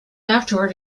afterward